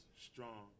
strong